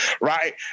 right